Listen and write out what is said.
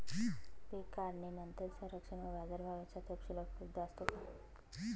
पीक काढणीनंतर संरक्षण व बाजारभाव याचा तपशील उपलब्ध असतो का?